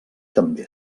també